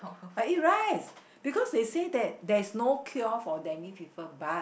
I eat rice because they say that there is no cure for Dengue fever but